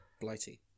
Blighty